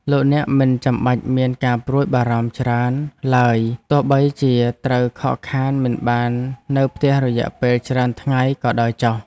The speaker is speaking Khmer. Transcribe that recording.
លោកអ្នកមិនចាំបាច់មានការព្រួយបារម្ភច្រើនឡើយទោះបីជាត្រូវខកខានមិនបាននៅផ្ទះរយៈពេលច្រើនថ្ងៃក៏ដោយចុះ។